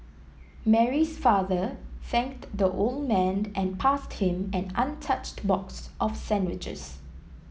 Mary's father thanked the old man and passed him an untouched box of sandwiches